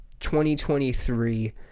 2023